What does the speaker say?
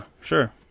sure